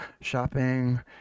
shopping